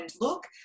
look